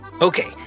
Okay